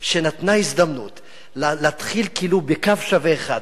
שנתנה הזדמנות להתחיל בקו שווה אחד,